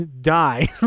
Die